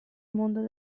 mondo